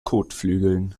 kotflügeln